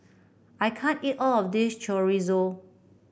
I can't eat all of this Chorizo